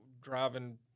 driving